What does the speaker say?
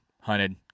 hunted